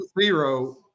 zero